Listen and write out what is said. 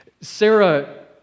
Sarah